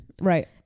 Right